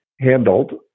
handled